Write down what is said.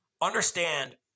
understand